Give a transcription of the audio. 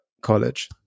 college